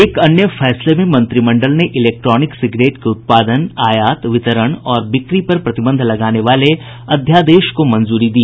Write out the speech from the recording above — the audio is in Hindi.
एक अन्य फैंसले में मंत्रिमंडल ने इलेक्ट्रॉनिक सिगरेट के उत्पादन आयात वितरण और बिक्री पर प्रतिबंध लगाने वाले अध्यादेश को मंजूरी दी